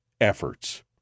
efforts